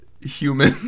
human